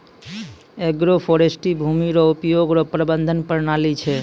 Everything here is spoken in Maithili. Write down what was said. एग्रोफोरेस्ट्री भूमी रो उपयोग रो प्रबंधन प्रणाली छै